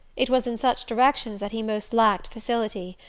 it was in such directions that he most lacked facility,